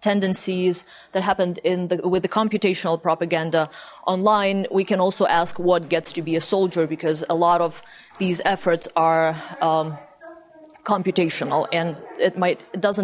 tendencies that happened in the with the computational propaganda online we can also ask what gets to be a soldier because a lot of these efforts are computational and it might doesn't